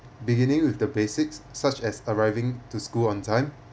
beginning with the basics such as arriving to school on time